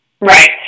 Right